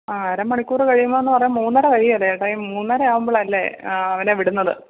ആ അര മണിക്കൂര് കഴിയുവെന്ന് പറയുമ്പോള് മൂന്നര കഴിയുവേലേ ചേട്ടായി മൂന്നര ആവുമ്പോഴല്ലേ അവനെ വിടുന്നത്